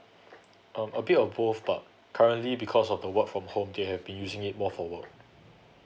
um a bit of both but currently because of the work from home they have been using it more for work